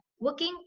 working